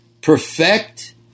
perfect